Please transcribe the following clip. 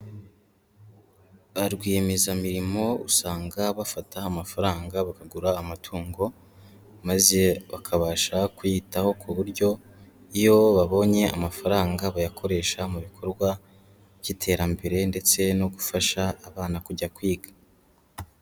Barwiyemezamirimo usanga bafata amafaranga bakagura amatungo maze bakabasha kuyitaho ku buryo iyo babonye amafaranga bayakoresha mu bikorwa by'iterambere ndetse no gufasha abana kujya kwiga.